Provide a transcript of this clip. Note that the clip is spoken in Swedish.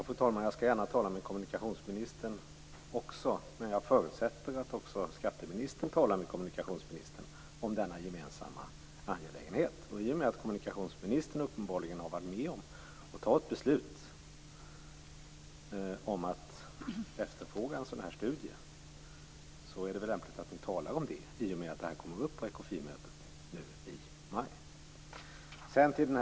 Fru talman! Jag skall gärna tala med kommunikationsministern, men jag förutsätter att också skatteministern talar med kommunikationsministern om denna gemensamma angelägenhet. I och med att kommunikationsministern uppenbarligen har varit med om att ta ett beslut om att efterfråga en sådan här studie är det lämpligt att ni talar om det, i och med att det här kommer upp på Ekofinmötet nu i maj.